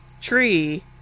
tree